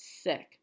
sick